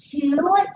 two